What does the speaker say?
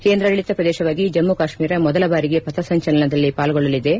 ಕೇಂದ್ರಾಡಳಿತ ಪ್ರದೇಶವಾಗಿ ಜಮ್ನು ಕಾಶ್ನೀರ ಮೊದಲ ಬಾರಿಗೆ ಪಥಸಂಚಲನದಲ್ಲಿ ಪಾಲ್ಗೊಳ್ಳಲಿವೆ